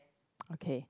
okay